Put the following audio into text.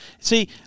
See